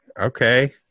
okay